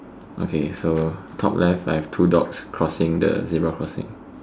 okay so top left I have two dogs crossing the zebra crossing